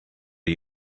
are